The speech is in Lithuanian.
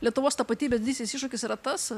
lietuvos tapatybė didysis iššūkis yra tas